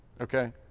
okay